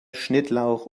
schnittlauch